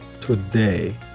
today